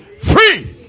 free